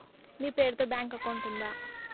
మీ పేరు తో bank account ఉందా?